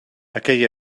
aquell